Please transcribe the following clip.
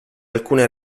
alcune